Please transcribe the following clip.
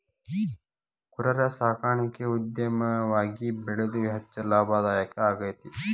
ಕುರರ ಸಾಕಾಣಿಕೆ ಉದ್ಯಮವಾಗಿ ಬೆಳದು ಹೆಚ್ಚ ಲಾಭದಾಯಕಾ ಆಗೇತಿ